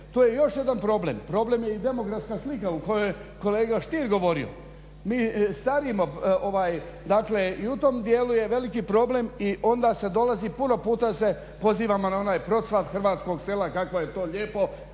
To je još jedan problem. Problem je i demografska slika o kojoj je kolega Stier govorio. Mi starimo, dakle i u tom dijelu je veliki problem i onda se dolazi puno puta se pozivamo na onaj procvat hrvatskog sela kako je to lijepo,